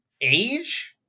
age